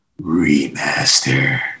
remaster